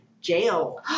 Jail